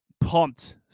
pumped